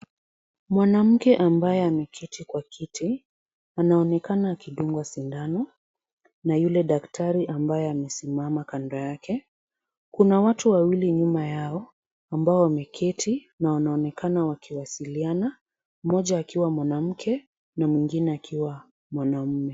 Mwanamke ambaye ameketi kwa kiti, anaonekana akidungwa sindano, na ile daktari ambaye amesimama kando yake. Kuna watu wawili nyuma yao, ambao wamekiti na wanaonekana wakiwasiliana. Mmoja akiwa mwanamke na mingine akiwa mwanamme.